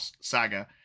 saga